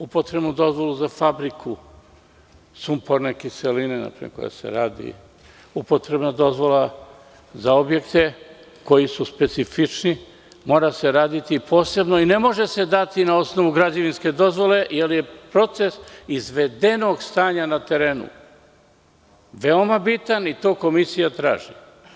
Upotrebnu dozvolu za fabriku sumporne kiseline na primer koja se radi, upotrebna dozvola za objekte koji su specifični mora da se raditi posebno i ne može se dati na osnovu građevinske dozvole jer je proces izvedenog stanja na terenu veoma bitan i to komisija traže.